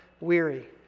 weary